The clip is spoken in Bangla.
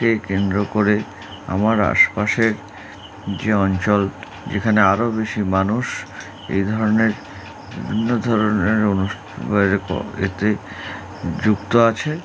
কে কেন্দ্র করে আমার আশপাশের যে অঞ্চল যেখানে আরও বেশি মানুষ এই ধরনের বিভিন্ন ধরনের অনুষ্ঠানের এতে যুক্ত আছে